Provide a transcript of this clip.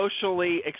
socially